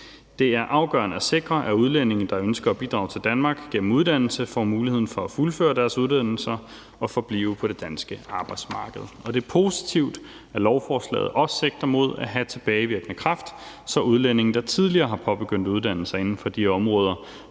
Det er afgørende at sikre, at udlændinge, der ønsker at bidrage til Danmark gennem uddannelse, får muligheden for at fuldføre deres uddannelser og forblive på det danske arbejdsmarked. Det er positivt, at lovforslaget også sigter mod at have tilbagevirkende kraft, så udlændinge, der tidligere har påbegyndt uddannelser inden for de områder,